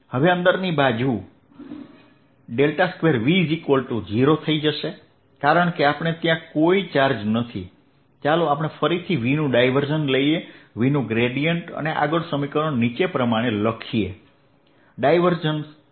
હવે અંદરની બાજુ 2V0 થઈ જશે કારણ કે ત્યાં કોઈ ચાર્જ નથી ચાલો આપણે ફરીથી V નું ડાઇવર્ઝન લઈએ V નું ગ્રેડીયેંટ અને આગળ સમીકરણ નીચે પ્રમાણે લખીએ